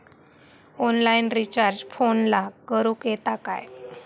Online recharge फोनला करूक येता काय?